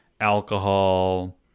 alcohol